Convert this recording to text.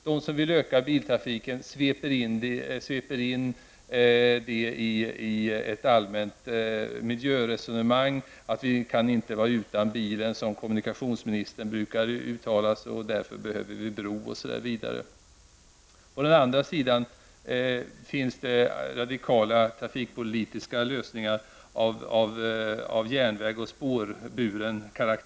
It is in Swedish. De som vill öka biltrafiken sveper in sina argument i ett allmänt miljöresonemang. Vi kan inte vara utan bilen, brukar kommunikationsministern säga. Därför behövs en bro osv. Å andra sidan finns det radikala partipolitiska lösningar. Det handlar då om järnvägen och om annan spårburen trafik.